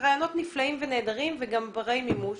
רעיונות נפלאים ונהדרים וגם ברי מימוש